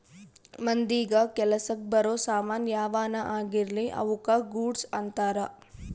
ಮಂದಿಗ ಕೆಲಸಕ್ ಬರೋ ಸಾಮನ್ ಯಾವನ ಆಗಿರ್ಲಿ ಅವುಕ ಗೂಡ್ಸ್ ಅಂತಾರ